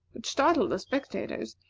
which startled the spectators,